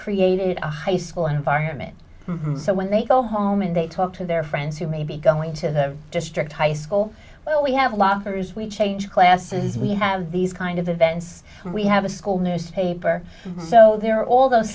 created a high school environment so when they go home and they talk to their friends who may be going to their district high school well we have lockers we change classes we have these kind of events we have a school newspaper so there are all those